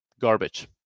garbage